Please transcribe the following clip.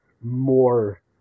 more